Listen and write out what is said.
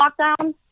lockdown